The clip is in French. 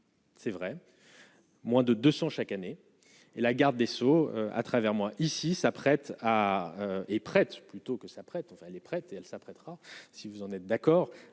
C'est vrai, moins de 200 chaque année et la garde des Sceaux à travers moi, ici, s'apprête à est prête plutôt que s'apprête enfin les prêtre et Elsa prêtera si vous en êtes d'accord,